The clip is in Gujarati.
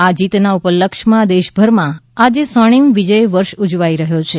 આ જીતના ઉપલક્ષમાં દેશભરમાં આજે સ્વર્ણિમ વિજય વર્ષ ઉજવાઇ રહ્યો છે